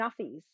Nuffies